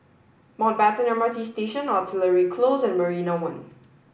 Mountbatten M R T Station Artillery Close and Marina One